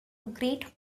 great